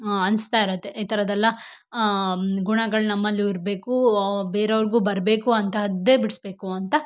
ಅನಿಸ್ತಾ ಇರತ್ತೆ ಈ ಥರದ್ದೆಲ್ಲ ಗುಣಗಳು ನಮ್ಮಲ್ಲೂ ಇರಬೇಕು ಬೇರೊರ್ಗೂ ಬರಬೇಕು ಅಂತಹದ್ದೇ ಬಿಡಿಸ್ಬೇಕು ಅಂತ